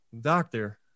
doctor